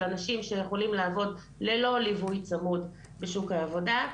של אנשים שיכולים לעבוד ללא ליווי צמוד בשוק העבודה.